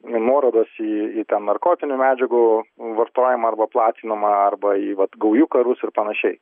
nuorodos į į tą narkotinių medžiagų vartojimą arba platinimą arba į vat gaujų karus ir panašiai